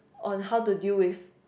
on how to deal with